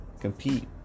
compete